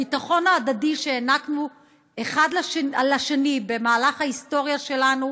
הביטחון ההדדי שהענקנו אחד לשני במהלך ההיסטוריה שלנו